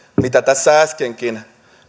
mikä tässä äskenkin